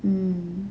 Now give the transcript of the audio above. hmm